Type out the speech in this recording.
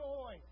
Joy